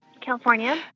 California